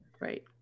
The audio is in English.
right